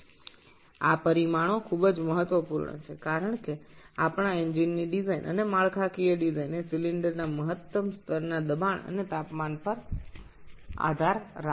এই পরামিতিগুলি অত্যন্ত গুরুত্বপূর্ণ কারণ আমাদের ইঞ্জিনের কাঠামোগত নকশা আমাদের সিলিন্ডারের যে চাপ এবং তাপমাত্রা সহ্য করতে পারে তার উপর নির্ভর করে